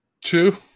Two